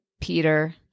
Peter